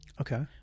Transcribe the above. okay